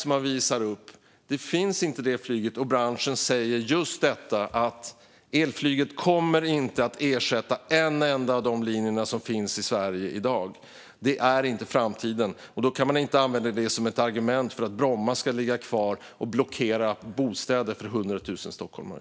Dessa plan finns inte, och branschen säger att elflyget inte kommer att ersätta en enda av de linjer som finns i Sverige i dag. Elflyget är inte framtiden. Då kan man inte använda det som ett argument för att Bromma ska ligga kvar och blockera byggandet av bostäder för 100 000 stockholmare.